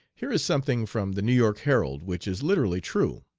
here is something from the new york herald which is literally true